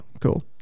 cool